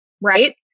right